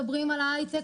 כולם מדברים על ההייטק,